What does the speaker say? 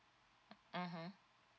mmhmm